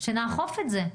שנאכוף את זה?